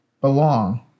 belong